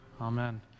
Amen